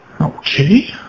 Okay